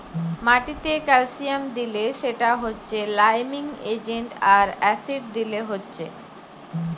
মাটিতে ক্যালসিয়াম দিলে সেটা হচ্ছে লাইমিং এজেন্ট আর অ্যাসিড দিলে হচ্ছে